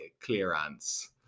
clearance